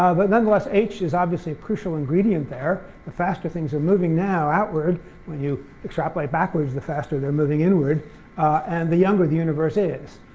but nonetheless h is obviously a crucial ingredient there. the faster things are moving now outward when you extrapolate backwards, the faster they're moving inward and the younger the universe is.